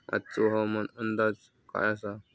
आजचो हवामान अंदाज काय आसा?